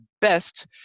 best